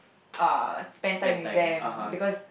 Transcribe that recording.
uh spend time with them because